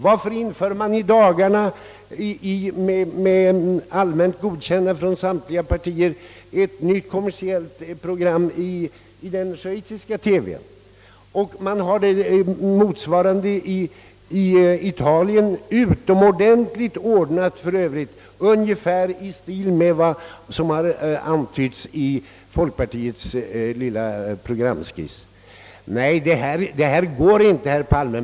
Varför inför man i dagarna med allmänt godkännande från samtliga partier ett nytt kommersiellt program i den schweiziska TV:n? I Italien finns en motsvarande organisation — för övrigt utomordentligt ordnad — i stil med vad som antytts i folkpartiets lilla programskiss. Nej, detta går inte, herr Palme!